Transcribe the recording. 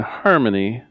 harmony